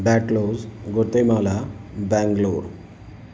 डैतक्लॉज़ Guatemala Bangalore